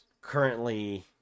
currently